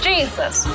Jesus